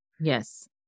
Yes